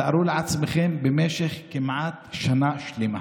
תארו לעצמכם, במשך כמעט שנה שלמה.